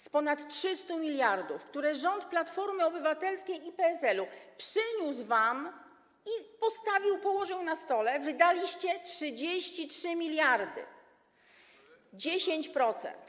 Z ponad 300 mld, które rząd Platformy Obywatelskiej i PSL przyniósł wam i położył na stole, wydaliście 33 mld - 10%.